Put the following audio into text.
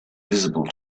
visible